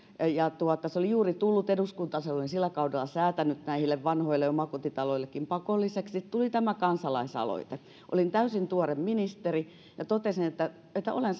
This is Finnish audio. se oli juuri tullut eduskuntaan se oli sillä kaudella säädetty näille vanhoille omakotitaloillekin pakolliseksi tuli tämä kansalaisaloite olin täysin tuore ministeri ja totesin että olen